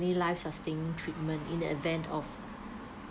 extraordinary life sustaining treatment in the event of